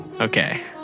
Okay